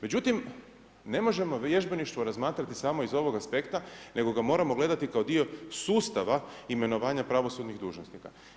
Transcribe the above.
Međutim, ne možemo vježbeništvo razmatrati samo iz ovog aspekta nego ga moramo gledati kao dio sustava imenovanja pravosudnih dužnosnika.